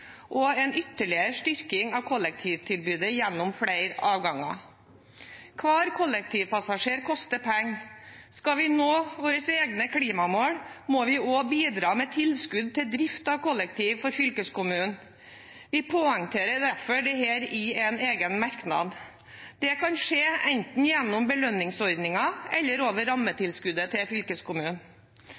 og en ytterligere styrking av kollektivtilbudet gjennom flere avganger. Hver kollektivpassasjer koster penger. Skal vi nå våre egne klimamål, må vi også bidra med tilskudd til drift av kollektiv for fylkeskommunen. Vi poengterer derfor dette i en egen merknad. Det kan skje enten gjennom belønningsordningen eller over rammetilskuddet til fylkeskommunen.